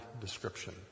Description